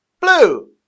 blue